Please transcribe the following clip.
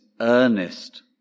earnest